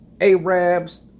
Arabs